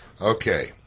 Okay